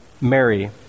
Mary